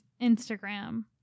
Instagram